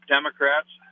Democrats